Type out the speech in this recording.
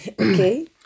Okay